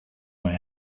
may